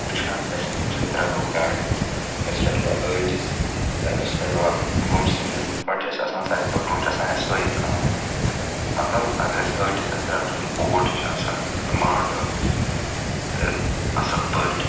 وٕچھان اَسہِ کَمہِ سۭتۍ رَٹو گاڈٕ أسۍ رَٹوا ٲٹِس یا أسۍ رَٹوا بُمسِنٮ۪ن گۄڈٕ چھِ اَسہِ آسان ساروی کھۄتہٕ برٛونٛہہ چھِ آسان اَسہِ سوے کٲم مطلب اگر اَسہِ ٲٹِس آسہِ رَٹُن اوٹ چھِ آسان مانٛڈُن تہٕ اَصٕل پٲٹھۍ